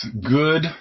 good